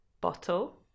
Bottle